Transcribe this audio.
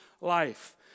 life